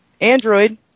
android